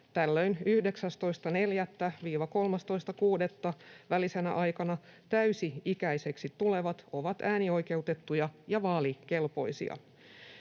Tällöin 19.4.—13.6. välisenä aikana täysi-ikäiseksi tulevat ovat äänioikeutettuja ja vaalikelpoisia.